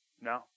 No